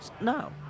No